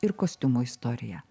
ir kostiumo istoriją